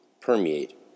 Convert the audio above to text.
permeate